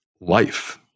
life